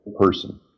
person